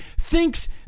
thinks